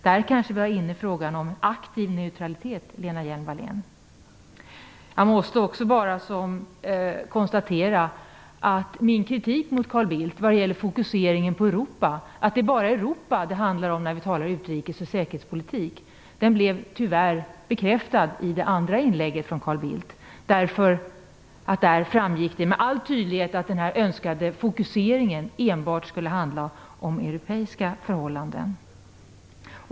Där har vi kanske frågan om aktiv neutralitet, Jag måste också konstatera att min kritik mot Carl Bildt vad gäller fokuseringen på Europa och att det bara är Europa det handlar om när vi talar utrikes och säkerhetspolitik tyvärr blev bekräftad i det andra inlägget från Carl Bildt. Där framgick det med all tydlighet att den önskade fokuseringen enbart skulle handla om europeiska förhållanden.